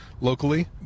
locally